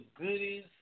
goodies